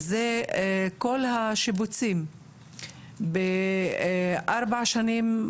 זה כל השיבוצים בארבע השנים,